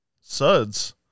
Suds